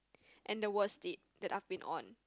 and the worst date that I've been on